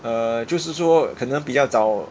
err 就是说可能比较找